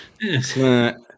Yes